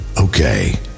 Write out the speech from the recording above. Okay